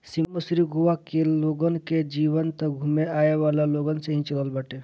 शिमला, मसूरी, गोवा के लोगन कअ जीवन तअ घूमे आवेवाला लोगन से ही चलत बाटे